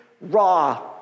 raw